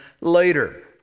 later